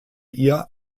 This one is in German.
ihr